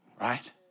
right